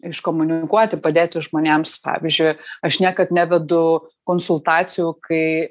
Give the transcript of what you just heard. iškomunikuoti padėti žmonėms pavyzdžiui aš niekad nevedu konsultacijų kai